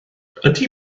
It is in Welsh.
ydy